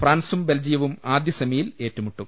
ഫ്രാൻസും ബെൽജിയവും ആദ്യസെമിയിൽ ഏറ്റുമുട്ടും